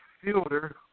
Fielder